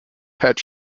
pet